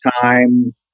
time